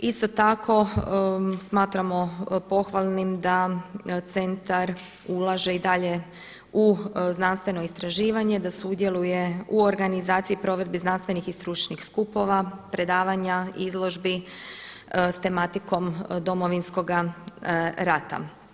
Isto tako smatramo pohvalnim da centar ulaže i dalje u znanstveno istraživanje da sudjeluju u organizaciji i provedbi znanstvenih i stručnih skupova, predavanja, izložbi s tematikom Domovinskoga rata.